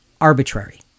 arbitrary